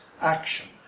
action